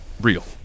Real